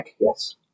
yes